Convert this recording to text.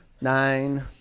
nine